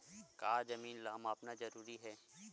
का जमीन ला मापना जरूरी हे?